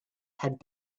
had